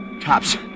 Cops